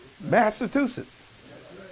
Massachusetts